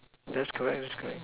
that's correct that's correct